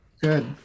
Good